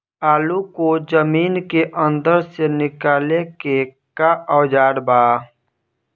आलू को जमीन के अंदर से निकाले के का औजार बा?